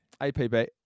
APB